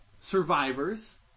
Survivors